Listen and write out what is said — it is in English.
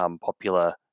popular